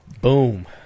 boom